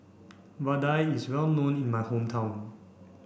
Vadai is well known in my hometown